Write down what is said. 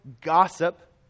gossip